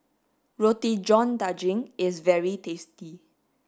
Roti john daging is very tasty